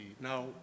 Now